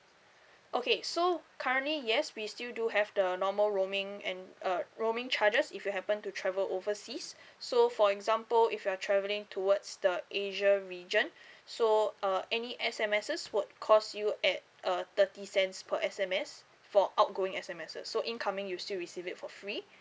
okay so currently yes we still do have the normal roaming and uh roaming charges if you happen to travel overseas so for example if you're travelling towards the asia region so uh any S_M_Ss would cost you at a thirty cents per S_M_S for outgoing S_M_Ss so incoming you still receive it for free